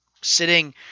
sitting